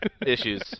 issues